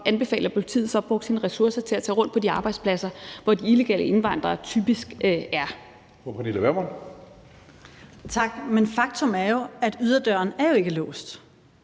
anbefale, at politiet så brugte sine ressourcer på at tage rundt på de arbejdspladser, hvor de illegale indvandrere typisk er. Kl. 16:06 Tredje næstformand